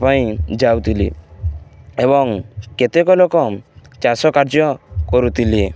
ପାଇଁ ଯାଉଥିଲି ଏବଂ କେତେକ ଲୋକ ଚାଷ କାର୍ଯ୍ୟ କରୁଥିଲେ